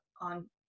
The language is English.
on